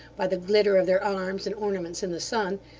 by the glitter of their arms and ornaments in the sun,